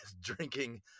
drinking